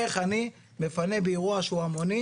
איך אני מפנה באירוע שהוא המוני,